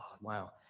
wow